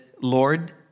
Lord